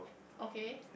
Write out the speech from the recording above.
okay